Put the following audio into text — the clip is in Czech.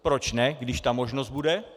Proč ne, když ta možnost bude?